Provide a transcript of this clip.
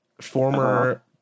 former